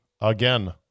again